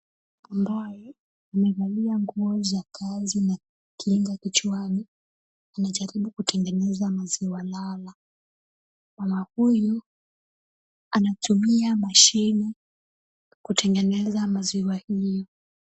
Ambaye amevalia nguo za kazi na kinga kichwani, anajaribu kutengeneza maziwa lala. Baba huyu anatumia mashine kutengeneza maziwa hiyo.